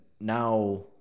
now